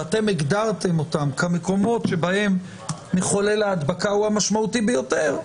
שאתם הגדרתם אותם כמקומות שבהם מחולל ההדבקה הוא המשמעותי ביותר,